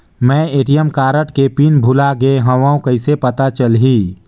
मैं ATM card के pin भुलाए गे हववं कइसे पता चलही?